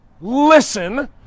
listen